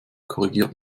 korrigiert